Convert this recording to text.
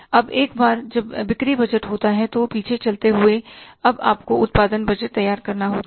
अब एक बार जब बिक्री बजट होता है तो पीछे चलते हुए अब आपको उत्पादन बजट तैयार करना होता है